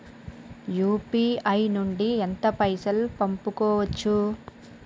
UPI నుండి ఎంత పైసల్ పంపుకోవచ్చు?